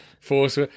force